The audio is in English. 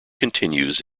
continues